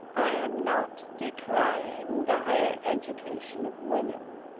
i am not decrying the higher education of women.